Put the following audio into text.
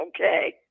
Okay